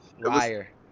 Liar